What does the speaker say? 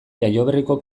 jaioberriko